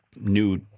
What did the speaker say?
new